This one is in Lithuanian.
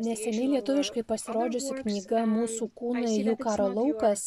neseniai lietuviškai pasirodžiusi knyga mūsų kūnai jų karo laukas